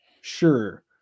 Sure